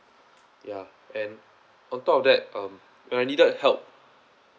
ya and on top of that um when I needed help